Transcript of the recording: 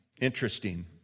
Interesting